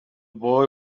boy